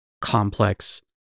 complex